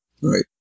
Right